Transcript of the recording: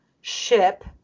ship